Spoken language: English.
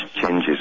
changes